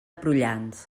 prullans